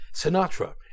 Sinatra